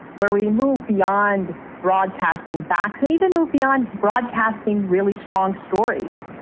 where we move beyond broadcasting facts and even move beyond broadcasting really strong stories,